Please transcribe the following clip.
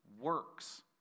works